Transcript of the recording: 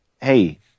hey